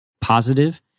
positive